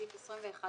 בסעיף 21,